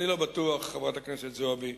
אני לא בטוח, חברת הכנסת זועבי,